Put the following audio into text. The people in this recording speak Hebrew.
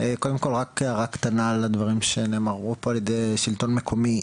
קודם כל רק הערה קטנה על הדברים שנאמרו פה על ידי שלטון מקומי,